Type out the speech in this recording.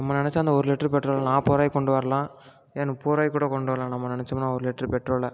நம்ம நெனச்சால் அந்த ஒரு லிட்ரு பெட்ரோலை நாற்பது ருபாய்க்குக் கொண்டு வரலாம் ஏன் முப்பது ருபாய்க்குக் கூட கொண்டு வரலாம் நம்ம நெனச்சோம்னால் ஒரு லிட்டரு பெட்ரோலை